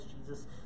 Jesus